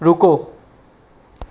ਰੁਕੋ